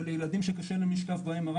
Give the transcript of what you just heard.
ולילדים שקשה להם לשכב ב-MRI.